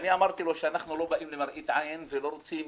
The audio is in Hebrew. אמרתי לו שאנחנו לא באים למראית עין ולא רוצים